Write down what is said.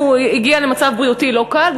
הוא הגיע למצב בריאותי לא קל,